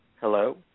Hello